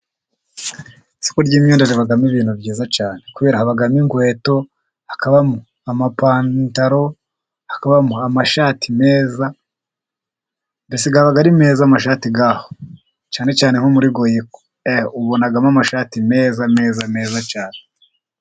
Isoko ry'imyedo ribamo ibintu byiza cyane kuberako habamo inkweto, hakabamo amapantaro hakabamo amashati meza, mbese aba ari meza amashati yaho cyane cyane nko muri Goyiko ubonamo amashati meza meza meza cyane.